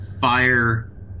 fire